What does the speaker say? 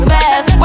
Best